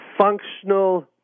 functional